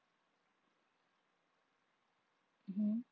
mmhmm